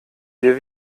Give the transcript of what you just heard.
wir